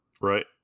Right